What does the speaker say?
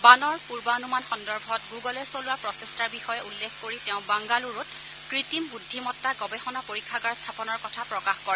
বানৰ পূৰ্বানুমান সন্দৰ্ভত গুণুলে চলোৱা প্ৰচেষ্টাৰ বিষয়ে উল্লেখ কৰি তেওঁ বাংগালুৰুত কত্ৰিম বৃদ্ধিমত্তা গৱেষণা পৰীক্ষাগাৰ স্থাপনৰ কথা প্ৰকাশ কৰে